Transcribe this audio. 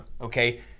okay